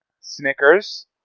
Snickers